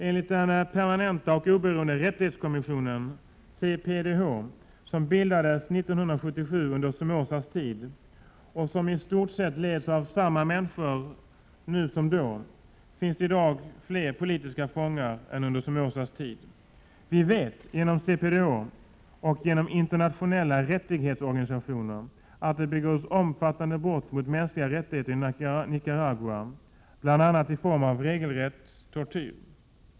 Enligt den permanenta och oberoende rättighetskommissionen CPDH — som bildades 1977 under Somozas tid och som i stort sett leds av samma människor nu som då — finns det i dag fler politiska fångar än under Somozas tid. Vi vet genom CPDH och genom internationella rättighetsorganisationer att det begås omfattande brott mot mänskliga i rättigheter i Nicaragua, bl.a. i form av regelrätt tortyr.